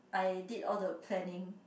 I did all the planning